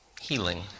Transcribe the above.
healing